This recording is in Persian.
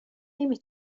نمی